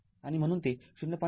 आणि म्हणून ते ०